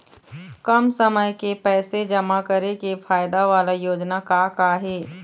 कम समय के पैसे जमा करे के फायदा वाला योजना का का हे?